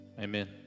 Amen